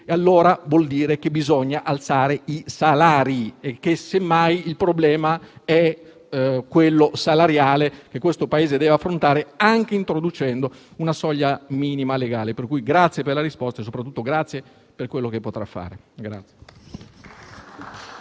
allora vuol dire che bisogna alzare i salari e che quindi il problema è quello salariale che questo Paese deve affrontare anche introducendo una soglia minima legale. La ringrazio per la risposta e soprattutto per quello che potrà fare.